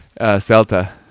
Celta